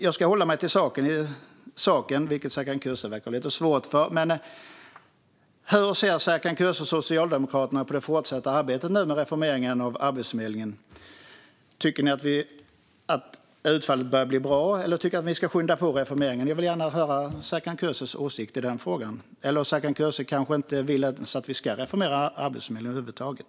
Jag ska hålla mig till saken, vilket Serkan Köse verkar ha lite svårt för. Hur ser Serkan Köse och Socialdemokraterna på det fortsatta arbetet nu med reformeringen av Arbetsförmedlingen? Tycker ni att utfallet börjar bli bra, eller tycker ni att vi ska skynda på reformeringen? Jag vill gärna höra Serkan Köses åsikt i den frågan. Eller Serkan Köse kanske inte vill att vi ska reformera Arbetsförmedlingen över huvud taget?